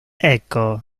ecco